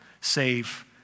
save